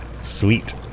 Sweet